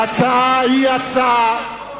ההצעה היא הצעה,